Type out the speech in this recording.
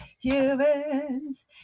humans